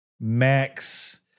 Max